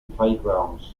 playgrounds